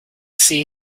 see